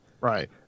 right